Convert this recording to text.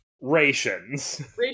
rations